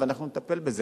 ואנחנו נטפל בזה.